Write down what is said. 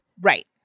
Right